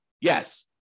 Yes